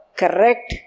correct